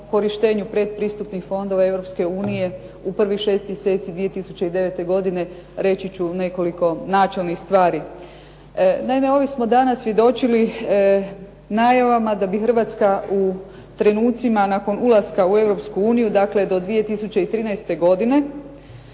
korištenju pretpristupnih fondova Europske unije u prvih 6 mjeseci 2009. godine reći ću nekoliko načelnih stvari. Naime, ovih smo dana svjedočili najavama da bi Hrvatska u trenucima nakon ulaska u Europsku uniju, dakle do 2013. godine,